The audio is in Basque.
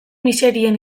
miserien